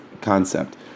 concept